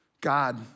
God